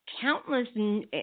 countless